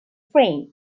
frame